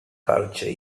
culture